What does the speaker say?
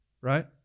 right